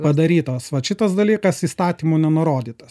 padarytos vat šitas dalykas įstatymu nenurodytas